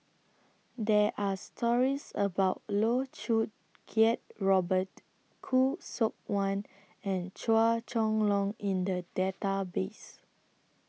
There Are stories about Loh Choo Kiat Robert Khoo Seok Wan and Chua Chong Long in The Database